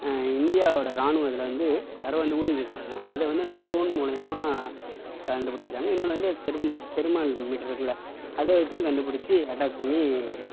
இந்தியாவோடய ராணுவம் இதில் வந்து யாரோ வந்து ஊடுருவியிருக்காங்க அதை வந்து அந்த ட்ரொன் மூலயமா கண்டுப்பிடிச்சிருக்காங்க இன்னொன்று வந்து தெர்மோ தெர்மாமீட்டர் இருக்குதில்ல அதை வச்சும் கண்டுபிடித்து அட்டாக் பண்ணி